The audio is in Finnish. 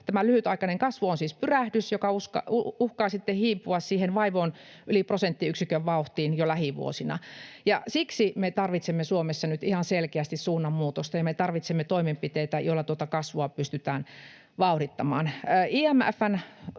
Tämä lyhytaikainen kasvu on siis pyrähdys, joka uhkaa sitten hiipua siihen vaivoin yli prosenttiyksikön vauhtiin jo lähivuosina. Ja siksi me tarvitsemme Suomessa nyt ihan selkeästi suunnanmuutosta ja me tarvitsemme toimenpiteitä, joilla tuota kasvua pystytään vauhdittamaan.